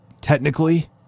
technically